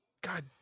god